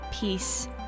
peace